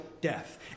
death